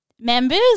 members